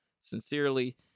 Sincerely